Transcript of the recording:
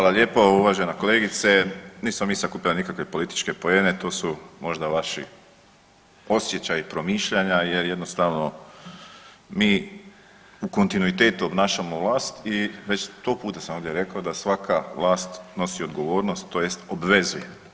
Hvala lijepo uvažena kolegice, nismo mi sakupljali nikakve političke poene to su možda vaši osjećaji, promišljanja jer jednostavno mi u kontinuitetu obnašamo vlast i već 100 puta sam ovdje rekao da svaka vlast nosi odgovornost tj. obvezuje.